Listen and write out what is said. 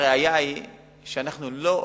הראיה היא שאנחנו לא הולכים,